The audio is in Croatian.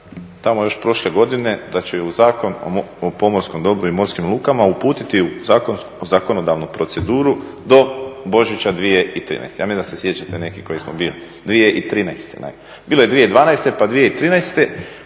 tamo još prošle godine da će i Zakon o pomorskom dobru i morskim lukama uputiti u zakonodavnu proceduru do Božića 2013. ja mislim da se sjećate neki koji smo bili, 2013. Bilo je 2012., pa 2013.